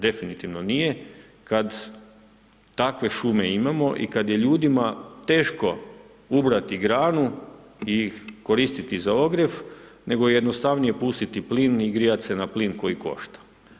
Definitivno nije kada takve šume imamo i kada je ljudima teško ubrati granu i koristiti za ogrjev, nego je jednostavnije pustiti plin i grijati se na plin koji košta.